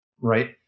right